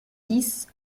dix